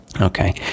okay